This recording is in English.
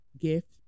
gift